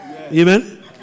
Amen